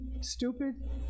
stupid